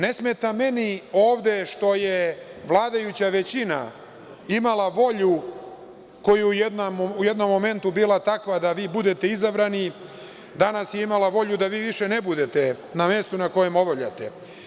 Ne smeta meni ovde što je vladajuća većina imala volju koja je u jednom momentu bila takva da vi budete izabrani, danas je imala volju da vi više ne budete na mestu na kojem obavljate.